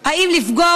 אם לפגוע,